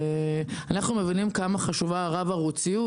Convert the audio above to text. אנחנו מבינים כמה חשובה הרב-ערוציות,